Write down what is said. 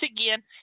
again